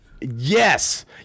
Yes